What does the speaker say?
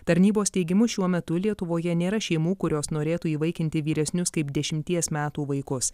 tarnybos teigimu šiuo metu lietuvoje nėra šeimų kurios norėtų įvaikinti vyresnius kaip dešimties metų vaikus